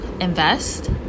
invest